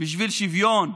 בשביל שוויון,